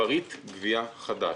פריט גבייה חדש,